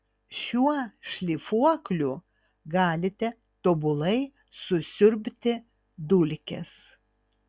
šiuo šlifuokliu galite tobulai susiurbti dulkes